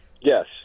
Yes